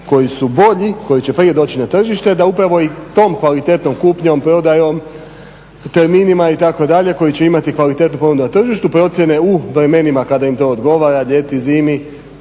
koji su bolji, koji će prije doći na tržište da upravo i tom kvalitetom, kupnjom, prodajom, terminima itd. koji će imati kvalitetnu ponudu na tržištu procjene u vremenima kada im to odgovara, ljeti, zimi.